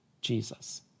Jesus